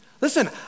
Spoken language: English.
Listen